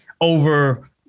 over